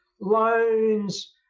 loans